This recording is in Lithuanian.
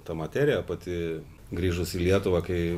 ta materija pati grįžus į lietuvą kai